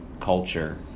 culture